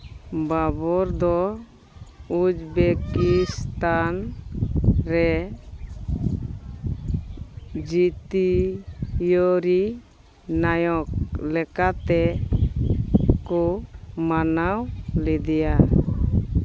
ᱵᱟᱵᱚᱨ ᱫᱚ ᱩᱡᱽᱵᱮᱠᱤᱥᱛᱷᱟᱱ ᱨᱮ ᱡᱟᱹᱛᱤᱭᱟᱹᱨᱤ ᱱᱟᱭᱚᱠ ᱞᱮᱠᱟᱛᱮ ᱠᱚ ᱢᱟᱱᱟᱣ ᱞᱮᱫᱮᱭᱟ